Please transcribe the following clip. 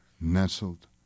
nestled